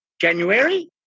January